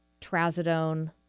Trazodone